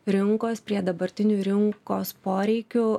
rinkos prie dabartinių rinkos poreikių